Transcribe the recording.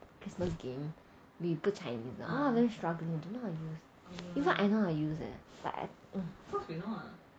christmas game we put chinese all of them struggling don't know how to use even I know how to use leh but I